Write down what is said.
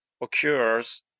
occurs